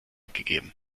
gegeben